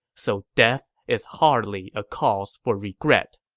so death is hardly a cause for regret.